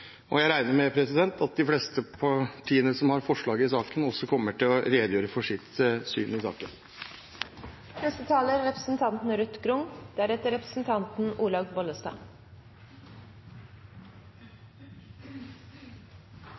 sårbehandling. Jeg regner med at de fleste partiene som har forslag i saken, kommer til å redegjøre for sitt syn i